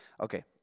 Okay